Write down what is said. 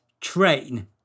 train